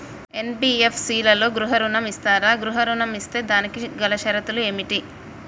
NBFC లలో గృహ ఋణం ఇస్తరా? గృహ ఋణం ఇస్తే దానికి గల షరతులు ఏమిటి?